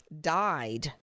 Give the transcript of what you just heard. died